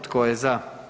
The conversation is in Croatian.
Tko je za?